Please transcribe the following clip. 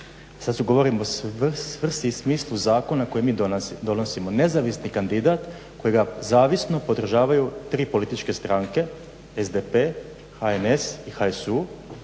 Sad govorim o svrsi i smislu zakona koji mi donosimo. Nezavisni kandidat kojega zavisno podržavaju tri političke stranke: SDP, HNS i HSU